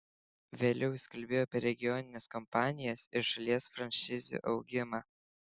vėliau jis kalbėjo apie regionines kompanijas ir šalies franšizių augimą